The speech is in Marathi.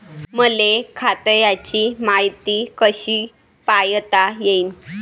मले खात्याची मायती कशी पायता येईन?